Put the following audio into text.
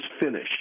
finish